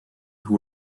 who